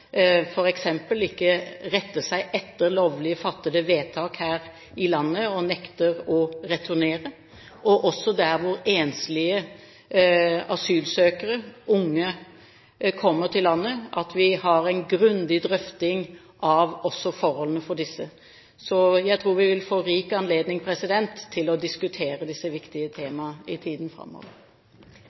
f.eks. ikke retter seg etter lovlig fattede vedtak her i landet og nekter å returnere, og også der hvor unge enslige asylsøkere kommer til landet – at vi også har en grundig drøfting av forholdene for disse. Så jeg tror vi vil få rik anledning til å diskutere disse viktige temaene i tiden framover.